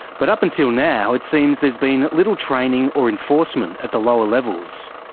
but up until now it seems there's been little training or enforcement at the lower levels.